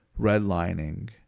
redlining